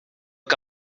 que